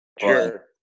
Sure